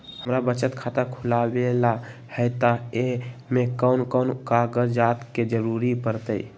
हमरा बचत खाता खुलावेला है त ए में कौन कौन कागजात के जरूरी परतई?